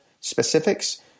specifics